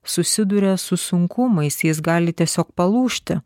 susiduria su sunkumais jis gali tiesiog palūžti